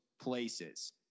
places